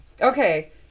Okay